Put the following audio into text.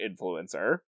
influencer